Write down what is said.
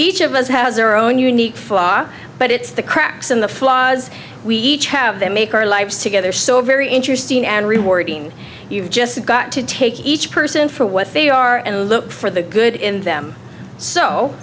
each of us has their own unique far but it's the cracks in the flaws we each have that make our lives together so very interesting and rewarding you've just got to take each person for what they are and look for the good in them so